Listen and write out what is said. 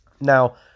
Now